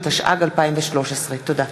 התשע"ג 2013. תודה.